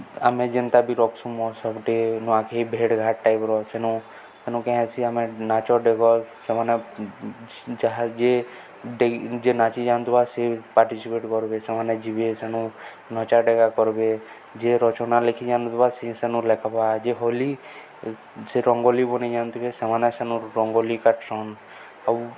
ଆମେ ଯେନ୍ତା ବି ରଖ୍ସୁଁ ମହୋତ୍ସବ୍ଟେ ନୂଆଖାଇ ଭେଟ୍ ଘାଟ୍ ଟାଇପ୍ର ସେନୁ ସେନୁ କେଁସି ଆମେ ନାଚ ଡେଗ ସେମାନେ ଯାହା ଯେ ଡେଗି ଯେ ନାଚି ଜାନୁଥିବା ସେ ପାର୍ଟିସିପେଟ୍ କର୍ବେ ସେମାନେ ଯିବେ ସେନୁ ନଚା ଡେଗା କର୍ବେ ଯେ ରଚନା ଲେଖି ଜାୁନୁଥିବା ସେ ସେନୁ ଲେଖ୍ବା ଯେ ହୋଲି ସେ ରଙ୍ଗୋଲି ବନେଇଯାନୁଥିବେ ସେମାନେ ସେନୁ ରଙ୍ଗୋଲି କାଟ୍ସନ୍ ଆଉ